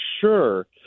sure